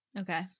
Okay